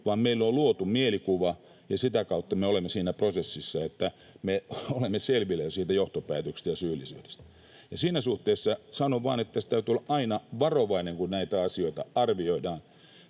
vaan meille on luotu mielikuva, ja sitä kautta me olemme siinä prosessissa, että me olemme jo selvillä johtopäätöksestä ja syyllisyydestä. Siinä suhteessa sanon vain, että tässä täytyy olla aina varovainen, kun näitä asioita arvioidaan.